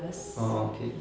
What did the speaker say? orh okay